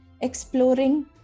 exploring